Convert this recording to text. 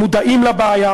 מודעים לבעיה.